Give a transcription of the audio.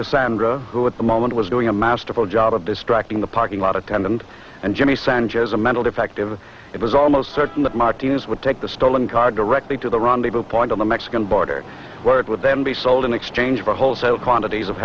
cassandra who at the moment was doing a masterful job of distracting the parking lot attendant and jimmy sanchez a mental defective it was almost certain that martinez would take the stolen car directly to the rendezvous point on the mexican border where it would then be sold in exchange for wholesale quantities of